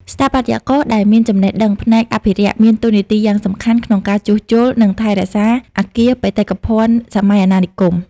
ស្ថាបត្យករដែលមានចំណេះដឹងផ្នែកអភិរក្ស មានតួនាទីយ៉ាងសំខាន់ក្នុងការជួសជុល និងថែរក្សាអគារបេតិកភណ្ឌសម័យអាណានិគម។